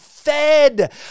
fed